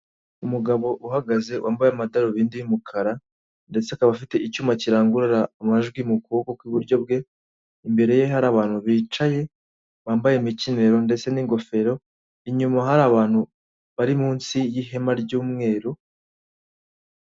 Umugabo uhagaze wambaye amadarubindi y'umukara ndetse akaba afite icyuma kirangurura amajwi mu kuboko kw'iburyo bwe imbere ye hari abantu bicaye bambaye imikenyero ndetse n'ingofero inyuma hari abantu bari munsi y'ihema ry'umweru.